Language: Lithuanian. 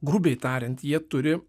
grubiai tariant jie turi